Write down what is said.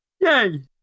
Yay